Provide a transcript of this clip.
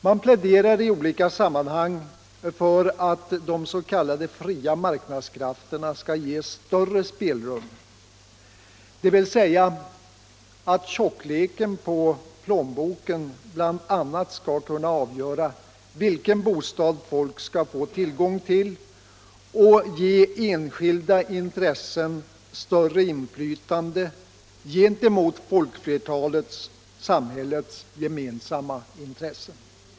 Man pläderar i olika sammanhang för att de s.k. fria marknadskrafterna skall ges större spelrum, dvs. att tjockleken på plånboken bl.a. skall kunna avgöra vilken bostad folk skall få tillgång till och att enskilda intressen skall få större inflytande gentemot folkflertalets och samhällets gemensamma intressen.